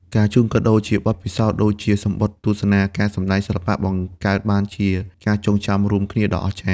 ការជូនកាដូជាបទពិសោធន៍ ដូចជាសំបុត្រទស្សនាការសម្ដែងសិល្បៈ បង្កើតបានជាការចងចាំរួមគ្នាដ៏អស្ចារ្យ។